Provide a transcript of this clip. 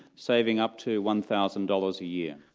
saving up to one thousand dollars a year.